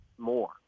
more